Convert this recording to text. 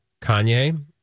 Kanye